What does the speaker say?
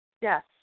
yes